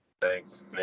thanks